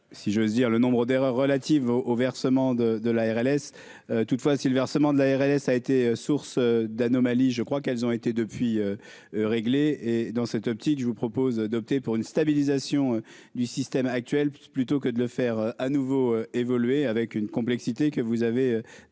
si j'ose dire, le nombre d'erreurs relatives au au versement de de la RLS toutefois, si le versement de l'ARS a été source d'anomalies, je crois qu'elles ont été depuis réglés et dans cette optique, je vous propose d'opter pour une stabilisation du système actuel, plutôt que de le faire à nouveau évoluer avec une complexité que vous avez d'ailleurs